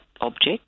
object